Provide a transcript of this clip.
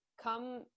come